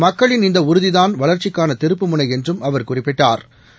மக்களின் இந்த உறுதிதான் வளா்ச்சிக்கான திருப்புமுனை என்றும் அவா் குறிப்பிட்டாா்